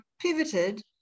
pivoted